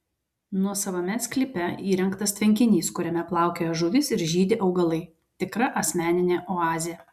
nuosavame sklype įrengtas tvenkinys kuriame plaukioja žuvys ir žydi augalai tikra asmeninė oazė